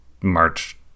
March